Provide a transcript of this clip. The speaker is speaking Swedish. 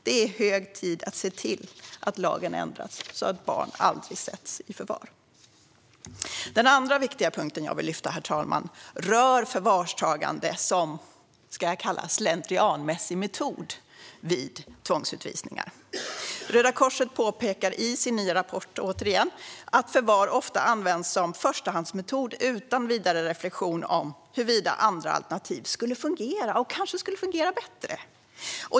Det är hög tid att se till att lagen ändras så att barn aldrig sätts i förvar. Den andra viktiga punkten jag vill lyfta upp, herr talman, rör förvarstagande som slentrianmässig metod vid tvångsutvisningar. Röda Korset påpekar i sin nya rapport, återigen, att förvar ofta används som förstahandsmetod utan vidare reflektion om huruvida andra alternativ skulle fungera och kanske skulle fungera bättre.